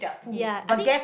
ya I think